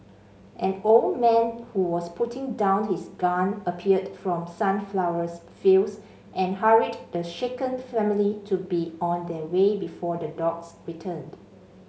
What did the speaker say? an old man who was putting down his gun appeared from the sunflower fields and hurried the shaken family to be on their way before the dogs returned